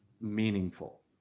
meaningful